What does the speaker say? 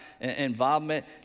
involvement